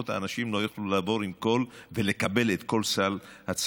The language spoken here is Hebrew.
האנשים לא יוכלו לעבור ולקבל את כל הצרכים.